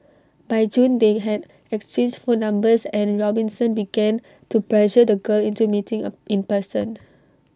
by June they had exchanged phone numbers and Robinson began to pressure the girl into meeting A in person